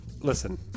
listen